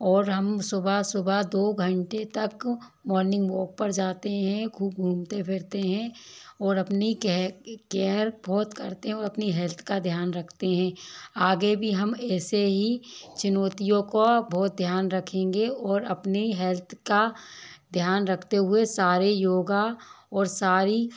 और हम सुबह सुबह दो घंटे तक मॉर्निंग वॉक पर जाते है खूब घूमते फिरते है और अपनी केयर बहुत करते है और अपनी हेल्त का ध्यान रखते है आगे भी हम ऐसे ही चुनौतियों का बहुत ध्यान रखेंगे और अपनी हेल्त का ध्यान रखते हुए सारे योगा और सारी